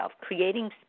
creating